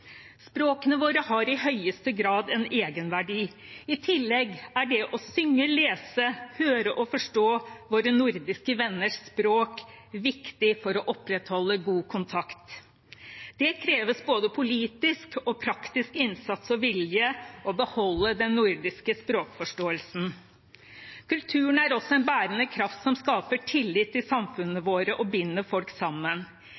Språkene våre har i høyeste grad en egenverdi. I tillegg er det å synge, lese, høre og forstå våre nordiske venners språk viktig for å opprettholde god kontakt. Det kreves både politisk og praktisk innsats og vilje for å beholde nordisk felles språkforståelse. Kulturen er også en bærende kraft som skaper tillit